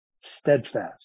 steadfast